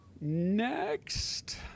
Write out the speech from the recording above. next